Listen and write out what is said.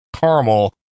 caramel